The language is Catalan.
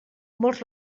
molts